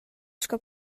sco